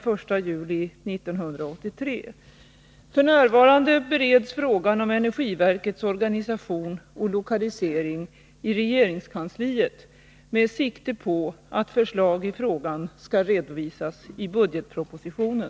F.n. bereds frågan om energiverkets organisation och lokalisering i regeringskansliet med sikte på att förslag i frågan skall redovisas i budgetpropositionen.